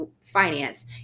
finance